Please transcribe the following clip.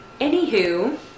anywho